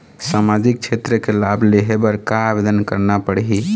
सामाजिक क्षेत्र के लाभ लेहे बर का आवेदन करना पड़ही?